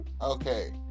Okay